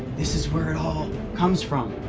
this is where it all comes from,